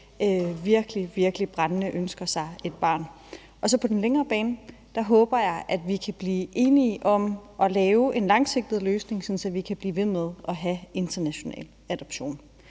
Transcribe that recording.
virkelig brændende ønsker sig et barn. På den længere bane håber jeg vi kan blive enige om at lave en langsigtet løsning, sådan at vi kan blive ved med at have international adoption.